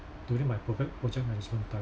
during my proje~ project management time